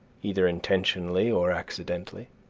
either intentionally or accidentally.